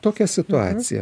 tokia situaciją